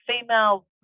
female